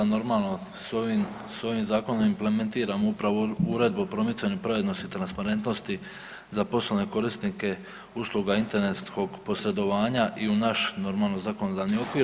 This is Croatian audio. Normalno, s ovim zakonom implementiramo upravo Uredbu o promicanju pravednosti i transparentnosti za poslovne korisnike usluga internetskog posredovanja i u naš, normalno, zakonodavni okvir.